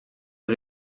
del